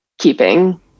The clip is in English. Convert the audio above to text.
keeping